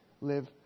live